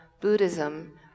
Buddhism